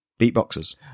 beatboxers